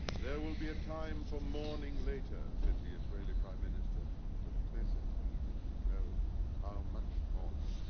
there will be a time for mourning later, said the israeli prime minister to the knesset. he didn't know much mourning.